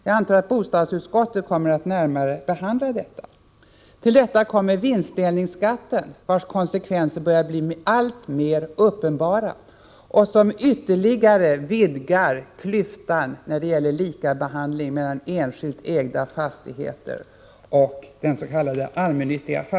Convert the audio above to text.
Jag antar att bostadsutskottet kommer att närmare behandla detta. Härtill kommer vinstdelningsskatten, vars konsekvenser börjar bli alltmer uppenbara och som ytterligare vidgar klyftan i fråga om behandling av enskilt ägda fastigheter och de s.k.